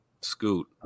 Scoot